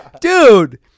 dude